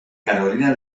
carolina